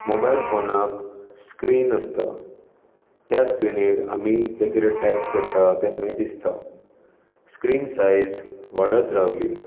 mobile फोनाक screen आसता त्या स्क्रिनीर आमी जें टाइप करता तें थंय दिसता स्क्रिन साइज वाडत रावली